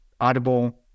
Audible